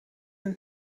een